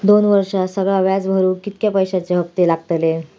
दोन वर्षात सगळा व्याज भरुक कितक्या पैश्यांचे हप्ते लागतले?